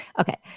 okay